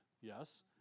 Yes